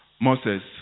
Moses